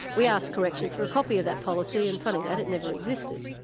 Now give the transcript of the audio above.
we asked corrections for a copy of that policy and funny, that, it never existed.